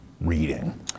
reading